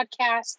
podcast